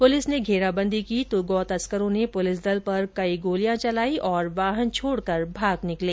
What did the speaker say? police ने घेराबंदी की तो गौतस्करों ने पुलिस दल पर कई गोलियां चलाई और वाहन छोड़कर भाग निकले